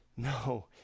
No